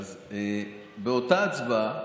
אז באותה הצבעה